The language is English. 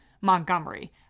Montgomery